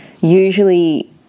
usually